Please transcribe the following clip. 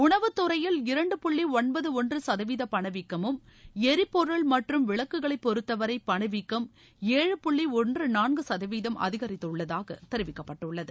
உணவுத்துறையில் இரண்டு புள்ளி ஒன்பது ஒன்று சதவீத பணவீக்கமும் எரிபொருள் மற்றும் விளக்குகளை பொருத்தவரை பணவீக்கம் ஏழு புள்ளி ஒன்று நான்கு சதவீதமாக அதிகித்துள்ளதாக தெரிவிக்கப்பட்டுள்ளது